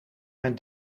mijn